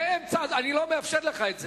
אני לא מאפשר לך את זה.